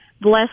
bless